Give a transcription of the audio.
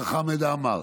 חמד עמאר,